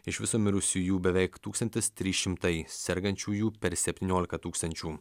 iš viso mirusiųjų beveik tūkstantis trys šimtai sergančiųjų per septyniolika tūkstančių